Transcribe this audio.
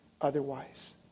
otherwise